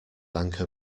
anchor